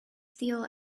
still